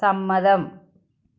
സമ്മതം